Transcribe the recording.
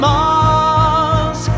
Mars